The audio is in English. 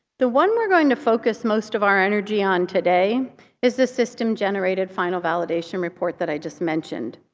the one we're going to focus most of our energy on today is the system-generated final validation report that i just mentioned.